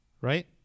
right